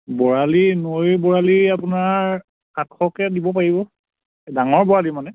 বৰালি নৈৰ বৰালি আপোনাৰ সাতশকৈ দিব পাৰিব ডাঙৰ বৰালি মানে